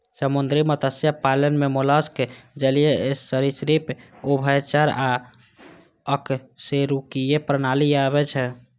समुद्री मत्स्य पालन मे मोलस्क, जलीय सरिसृप, उभयचर आ अकशेरुकीय प्राणी आबै छै